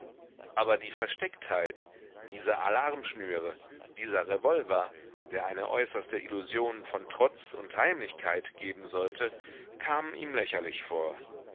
aber die verstecktheit diese alarmschnüre dieser revolver der eine äußerste illusion von trotz und heimlichkeit geben sollte kamen ihm lächerlich vor